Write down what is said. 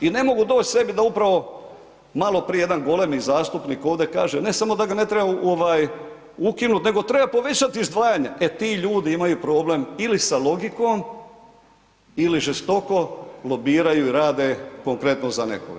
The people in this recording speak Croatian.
I ne mogu doć k sebi da upravo maloprije jedan golemi zastupnik ovdje kaže ne samo da ga ne treba ukinut nego treba povećati izdvajanja, e ti ljudi imaju problem ili sa logikom ili žestoko lobiraju i rade konkretno za nekoga.